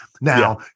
Now